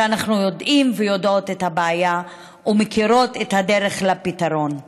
שאנחנו יודעים ויודעות את הבעיה ומכירות את הדרך לפתרון.